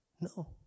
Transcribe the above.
No